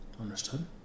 Understood